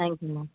thank you ma'am